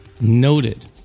Noted